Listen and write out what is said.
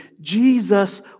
Jesus